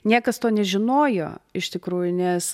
niekas to nežinojo iš tikrųjų nes